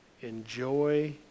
Enjoy